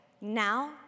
Now